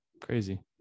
crazy